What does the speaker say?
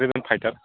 freedom fighter